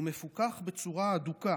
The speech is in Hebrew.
והוא מפוקח בצורה הדוקה.